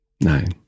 Nine